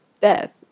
death